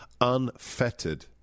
unfettered